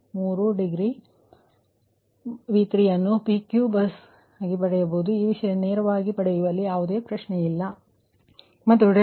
ಆದ್ದರಿಂದ ಇದೇ ರೀತಿ p 1 ಅನ್ನು ಹೊಂದಿಸಿದರೆ ಈ Q22 ಅದೇ ಸಮೀಕರಣವು ಸರಿಯಾಗಿ ಬರುತ್ತದೆ